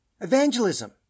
Evangelism